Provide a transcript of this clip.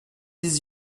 dix